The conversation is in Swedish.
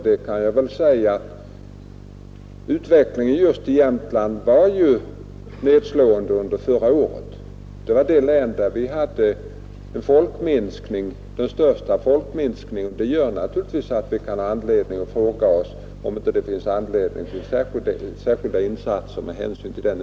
Jag kan väl också säga att utvecklingen just i Värmlands län var nedslående under förra året, eftersom det var det län där vi hade den största folkminskningen. Denna utveckling gör naturligtvis att vi kan ha anledning att fråga oss om det inte finns anledning till särskilda insatser där.